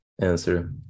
answer